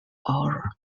aura